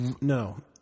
No